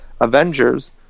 Avengers